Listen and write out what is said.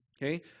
Okay